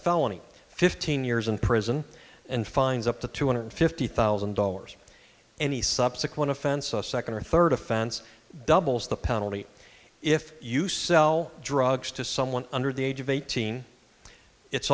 felony fifteen years in prison and fines up to two hundred fifty thousand dollars any subsequent offense a second or third offense doubles the penalty if you sell drugs to someone under the age of eighteen it's